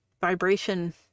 vibration